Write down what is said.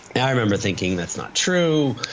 and i remember thinking, that's not true.